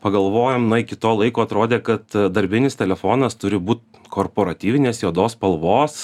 pagalvojom na iki to laiko atrodė kad e darbinis telefonas turi būt korporatyvinės juodos spalvos